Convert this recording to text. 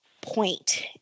point